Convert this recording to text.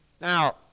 Now